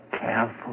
Careful